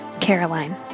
Caroline